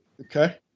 Okay